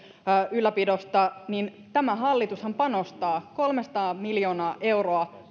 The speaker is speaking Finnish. ylläpidosta niin tämä hallitushan panostaa kolmesataa miljoonaa euroa